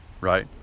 right